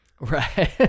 Right